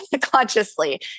consciously